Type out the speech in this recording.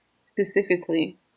specifically